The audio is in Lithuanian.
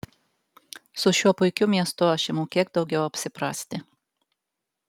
su šiuo puikiu miestu aš imu kiek daugiau apsiprasti